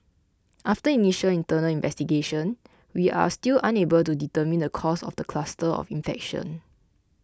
after initial internal investigation we are still unable to determine the cause of the cluster of infection